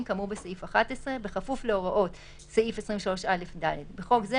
כאמור בסעיף 11 בכפוף להוראות סעיף 23א(ד); בחוק זה,